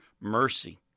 mercy